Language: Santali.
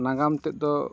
ᱱᱟᱜᱟᱢ ᱛᱮᱫ ᱫᱚ